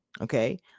Okay